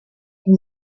die